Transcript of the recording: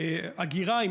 ההגירה שלך,